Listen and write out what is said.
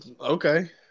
okay